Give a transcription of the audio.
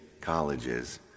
colleges